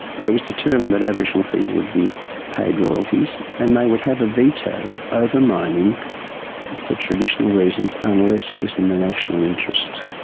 but it was determined that aboriginal people would be paid royalties, and they would have a veto over mining for traditional reasons unless it was in the national interest.